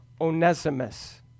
Onesimus